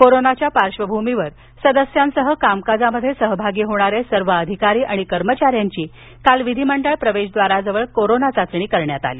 कोरोनाच्या पार्श्वभूमीवर सदस्यांसह कामकाज सहभागी होणाऱ्या सर्व अधिकारी कर्मचाऱ्यांची काल विधिमंडळ प्रवेशद्वारजवळ कोरोना चाचणी करण्यात आली